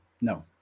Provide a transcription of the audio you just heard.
No